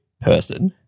person